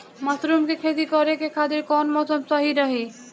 Mushroom के खेती करेके खातिर कवन मौसम सही होई?